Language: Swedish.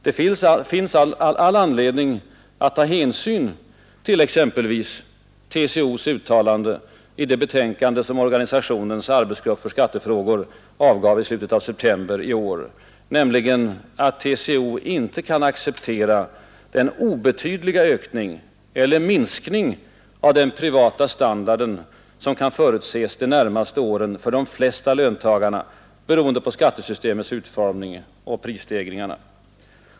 Det finns all anledning att ta hänsyn till exempelvis TCO:s uttalande i det betänkande som organisationens arbetsgrupp för skattefrågor avgav i slutet av september i år, nämligen att TCO inte kan acceptera den obetydliga höjning eller sänkning av den privata standarden som kan förutses de närmaste åren för de flesta löntagare, beroende på skattesystemets utformning och prisstegringarna.